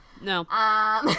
No